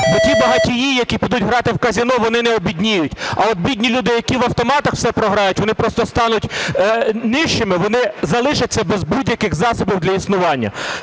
ті багатії, які підуть грати в казино, вони не обідніють, а от бідні люди, які в автоматах все програють, вони просто стануть нищими, вони залишаться без будь-яких засобів для існування.